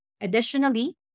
Additionally